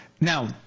Now